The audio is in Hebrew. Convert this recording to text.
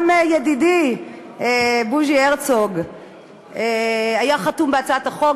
גם ידידי בוז'י הרצוג היה חתום על הצעת החוק,